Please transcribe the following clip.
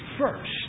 first